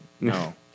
No